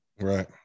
Right